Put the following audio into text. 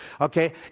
okay